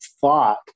thought